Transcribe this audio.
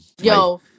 Yo